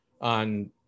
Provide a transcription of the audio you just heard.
on –